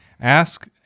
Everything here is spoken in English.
Ask